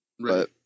right